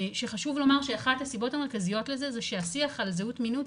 שחשוב לומר שאחת הסיבות המרכזיות לזה זה שהשיח על זהות מינית